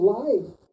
life